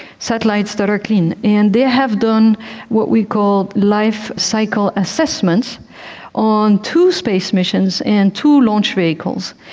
satellites that are clean. and they have done what we call life-cycle assessments on two space missions and two launch vehicles,